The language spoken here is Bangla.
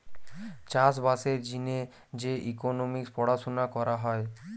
চাষ বাসের জিনে যে ইকোনোমিক্স পড়াশুনা করা হয়